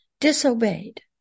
disobeyed